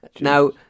Now